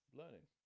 learning